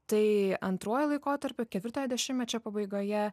tai antruoju laikotarpiu ketvirtojo dešimmečio pabaigoje